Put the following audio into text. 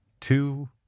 two